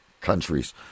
countries